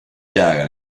chiara